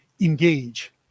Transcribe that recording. engage